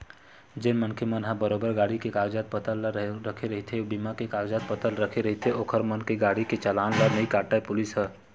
जेन मनखे मन ह बरोबर गाड़ी के कागज पतर ला रखे रहिथे बीमा के कागज पतर रखे रहिथे ओखर मन के गाड़ी के चलान ला नइ काटय पुलिस ह